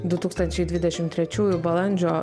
du tūkstančiai dvidešimt trečiųjų balandžio